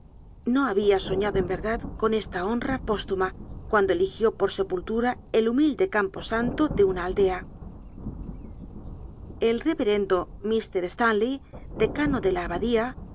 no habia soñado en verdad con esta honra póstuma cuando pullura el humilde campo santo de una aldea llespues ele la el reverendo mr stanley decano do la abadía